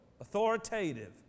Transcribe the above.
authoritative